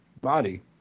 body